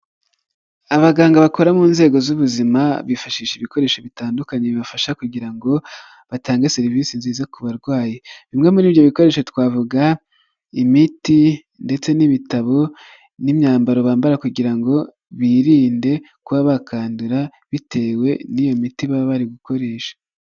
Abaganga bakora mu nzego z'ubuzima bifashisha ibikoresho bitandukanye bibafasha kugira ngo batange serivisi nziza ku barwayi, bimwe muri ibyo bikoresho twavuga imiti ndetse n'ibitabo n'imyambaro bambara kugira ngo birinde kuba bakandura bitewe n'iyo miti baba bari gukoresha.